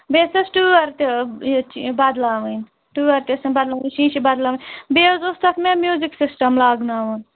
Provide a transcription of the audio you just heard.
بیٚیہِ ٲسۍ تَتھ ٹٲر تہِ یہِ بدٕلاوٕنۍ ٹٲر تہِ ٲسِم بدٕلاوٕنۍ شیٖشہٕ بدٕلاوٕنۍ بیٚیہِ حظ اوس تَتھ مےٚ میوٗزِک سِسٹَم لاگہٕ ناوُن